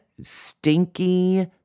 stinky